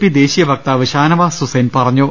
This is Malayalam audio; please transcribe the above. പി ദേശീയ വക്താവ് ഷാനവാസ് ഹുസ്സൈൻ പറഞ്ഞു